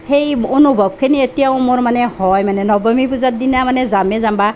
সেই অনুভৱখিনি এতিয়াও মোৰ মানে হয় মানে নৱমী পূজাৰ দিনা মানে যামে যাম বা